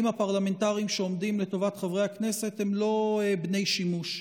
הפרלמנטריים שעומדים לטובת חברי הכנסת הם לא בני-שימוש.